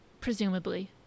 Presumably